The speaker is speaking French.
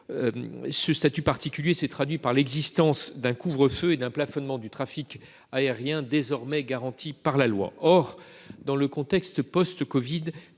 Ce statut particulier se traduit par l'existence d'un couvre-feu et d'un plafonnement du trafic aérien désormais garanti par la loi. Or, dans le contexte post-covid-19